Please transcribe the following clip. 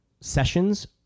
sessions